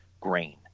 grain